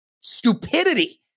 stupidity